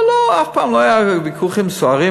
אבל אף פעם לא היו ויכוחים סוערים,